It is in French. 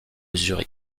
zurich